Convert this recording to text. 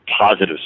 positive